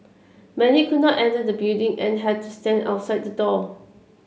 many could not enter the building and had to stand outside the door